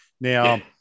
Now